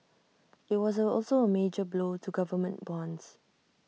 IT was also A major blow to government bonds